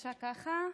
שריגשה ככה,